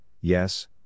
Yes